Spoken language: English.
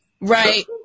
Right